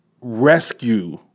rescue